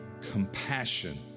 compassion